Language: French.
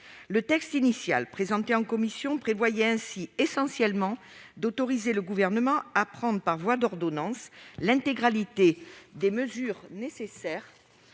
Le texte initial présenté en commission prévoyait essentiellement d'autoriser le Gouvernement à prendre, par voie d'ordonnances, l'intégralité des mesures nécessaires